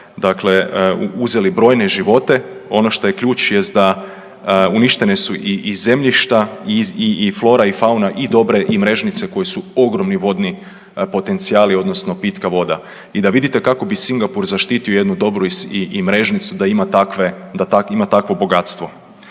dakle uzeli brojne živote ono što je ključ jest da uništene su i zemljišta i flora i fauna i Dobre i Mrežnice koje su ogromni vodni potencijali odnosno pitka voda. I da vidite kako bi Singapur zaštitio jednu Dobru i Mrežnicu da ima takve, da